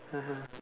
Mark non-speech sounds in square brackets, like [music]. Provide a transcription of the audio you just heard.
[laughs]